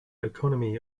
economy